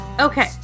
okay